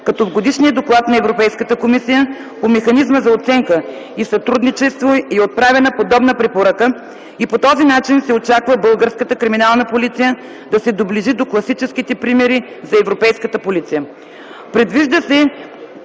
като в Годишния доклад на Европейската комисия по механизма за оценка и сътрудничество е отправена подобна препоръка и по този начин се очаква българската криминална полиция да се доближи до класическите примери за европейска полиция.